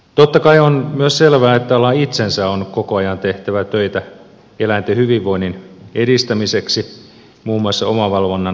totta kai on myös selvää että alan itsensä on koko ajan tehtävä töitä eläinten hyvinvoinnin edistämiseksi muun muassa omavalvonnan lisäämiseksi